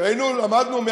למדנו,